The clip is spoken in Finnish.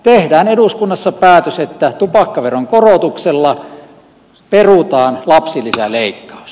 tehdään eduskunnassa päätös että tupakkaveron korotuksella perutaan lapsilisäleikkaus